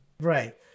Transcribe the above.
Right